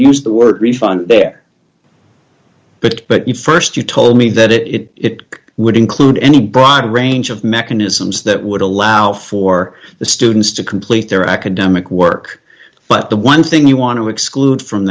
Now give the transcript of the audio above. used the word refund their but but you st you told me that it would include any broader range of mechanisms that would allow for the students to complete their academic work but the one thing you want to exclude from